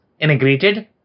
integrated